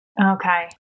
Okay